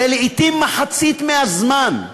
זה לעתים מחצית מהזמן.